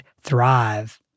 thrive